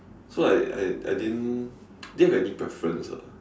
so like I I I didn't didn't have any preference ah